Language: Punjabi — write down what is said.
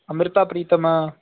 ਅੰਮ੍ਰਿਤਾ ਪ੍ਰੀਤਮ